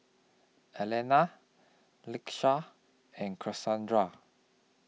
Alannah Lakeisha and Kasandra